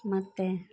ಮತ್ತು